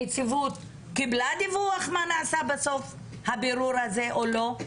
הנציבות קיבלה דיווח מה נעשה בסוף הבירור הזה או לא?